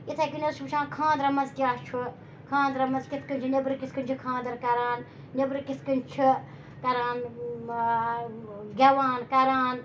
یِتھَے کٔنۍ حظ وٕچھان خانٛدرَن مَنٛز کیٛاہ چھُ خانٛدرَن مَنٛز کِتھ کٔنۍ چھِ نیٚبرٕ کِتھ کٔنۍ چھِ خانٛدَر کَران نیٚبرٕ کِتھ کٔنۍ چھِ کَران گٮ۪وان کَران